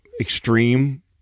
extreme